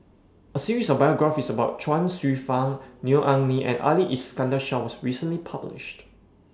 A series of biographies about Chuang Hsueh Fang Neo Anngee and Ali Iskandar Shah was recently published